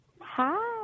Hi